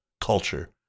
culture